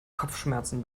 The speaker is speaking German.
kopfschmerzen